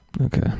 Okay